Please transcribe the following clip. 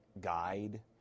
guide